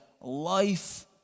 life